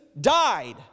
died